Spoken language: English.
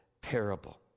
parable